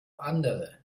andere